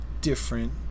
different